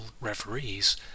referees